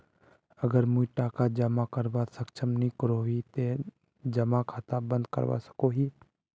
अगर मुई टका जमा करवात सक्षम नी करोही ते जमा खाता बंद करवा सकोहो ही?